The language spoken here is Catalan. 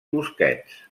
busquets